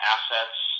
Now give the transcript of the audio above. Assets